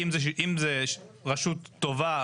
אם זה רשות טובה,